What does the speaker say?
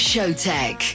Showtech